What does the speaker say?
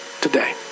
today